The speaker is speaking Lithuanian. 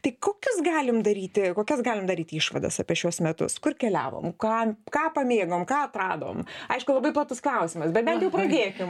tai kokius galim daryti kokias galim daryti išvadas apie šiuos metus kur keliavom ką ką pamėgom ką atradom aišku labai platus klausimas bet bent jau pradėkim